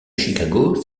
chicago